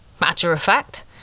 matter-of-fact